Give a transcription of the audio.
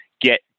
get